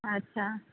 আচ্ছা